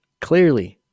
Clearly